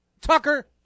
tucker